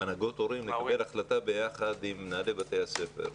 הנהגות הורים לקבל החלטה ביחד עם מנהלי בתי הספר.